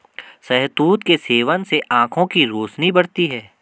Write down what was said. शहतूत के सेवन से आंखों की रोशनी बढ़ती है